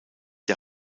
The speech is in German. der